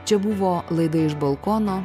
čia buvo laida iš balkono